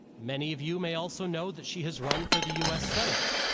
many of you may also know that she has run for the us senate,